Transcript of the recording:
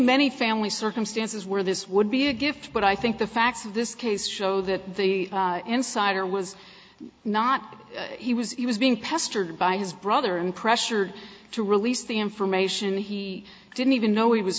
many family circumstances where this would be a gift but i think the facts of this case show that the insider was not he was he was being pestered by his brother and pressured to release the information he didn't even know he was